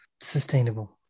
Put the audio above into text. sustainable